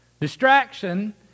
Distraction